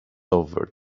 over